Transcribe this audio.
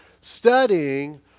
studying